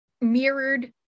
mirrored